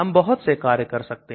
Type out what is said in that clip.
हम बहुत से कार्य कर सकते हैं